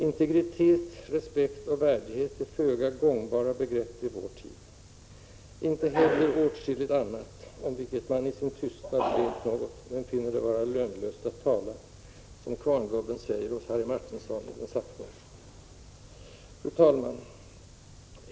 Integritet, respekt och värdighet är föga gångbara begrepp i vår tid — inte heller åtskilligt annat ”om vilket man i sin tystnad vet något, men finner det vara lönlöst att tala” , som kvarngubben säger hos Harry Martinson i ”Den saktmodige”. Fru talman!